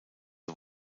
des